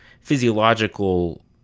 physiological